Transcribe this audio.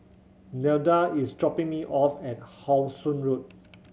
Nelda is dropping me off at How Sun Road